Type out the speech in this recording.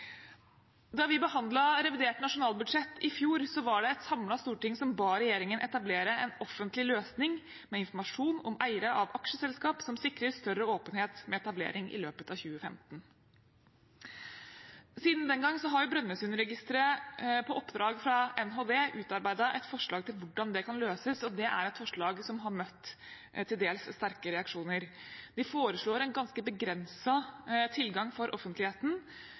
Da vi behandlet revidert nasjonalbudsjett i fjor, var det et samlet storting som ba regjeringen etablere en offentlig løsning med informasjon om eiere av aksjeselskap som sikrer større åpenhet, med etablering i løpet av 2015. Siden den gang har Brønnøysundregistrene på oppdrag av Nærings- og fiskeridepartementet utarbeidet et forslag til hvordan det kan løses, og det er et forslag som har møtt til dels sterke reaksjoner. Vi foreslår en ganske begrenset tilgang for offentligheten,